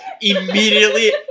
Immediately